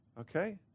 okay